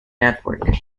network